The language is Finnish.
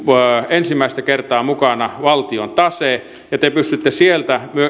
ensimmäistä kertaa mukana valtion tase te pystytte sieltä